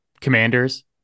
commanders